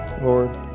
Lord